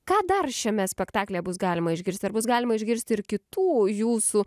ką dar šiame spektaklyje bus galima išgirsti ar bus galima išgirsti ir kitų jūsų